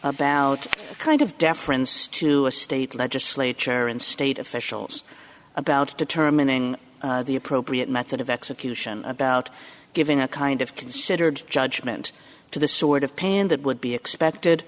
about a kind of deference to a state legislature and state officials about determining the appropriate method of execution about giving a kind of considered judgment to the sort of pain that would be expected